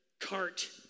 cart